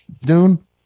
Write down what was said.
Dune